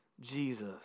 Jesus